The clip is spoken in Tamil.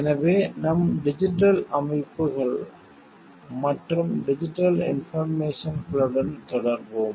எனவே நாம் டிஜிட்டல் அமைப்புகள் மற்றும் டிஜிட்டல் இன்போர்மேசன்களுடன் தொடர்வோம்